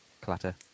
clatter